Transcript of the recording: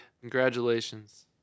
Congratulations